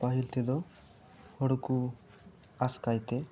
ᱯᱟᱹᱦᱤᱞ ᱛᱮᱫᱚ ᱦᱚᱲ ᱠᱚ ᱟᱥᱠᱟᱭ ᱛᱮ